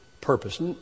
purpose